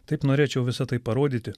taip norėčiau visa tai parodyti